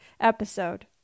episode